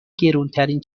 گرونترین